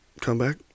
Comeback